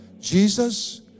Jesus